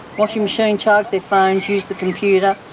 washing machine, charge their phones, use the computer,